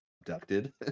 abducted